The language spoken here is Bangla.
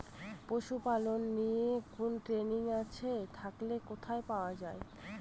পশুপালন নিয়ে কোন ট্রেনিং আছে থাকলে কোথায় পাওয়া য়ায়?